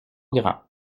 grand